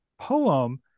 poem